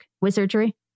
Wizardry